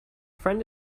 friend